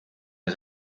ole